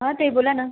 हां ताई बोला न